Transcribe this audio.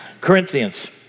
Corinthians